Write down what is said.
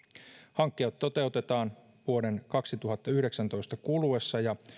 hankkeet toteutetaan vuoden kaksituhattayhdeksäntoista kuluessa ja